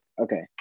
okay